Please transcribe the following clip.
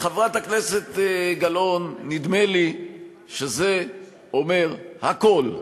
חברת הכנסת גלאון, נדמה לי שזה אומר הכול.